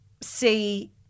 see